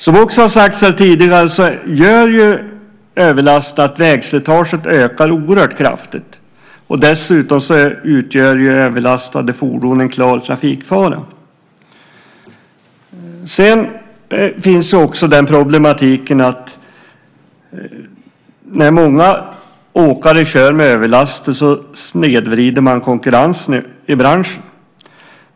Som också har sagts tidigare gör ju överlast att vägslitaget ökar oerhört kraftigt, och dessutom utgör överlastade fordon en klar trafikfara. Sedan finns också problematiken att när många åkare kör med överlaster snedvrider man konkurrensen i branschen.